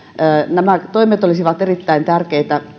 nämä toimet olisivat erittäin tärkeitä